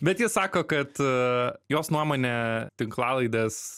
bet ji sako kad jos nuomone tinklalaidės